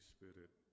spirit